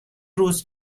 روز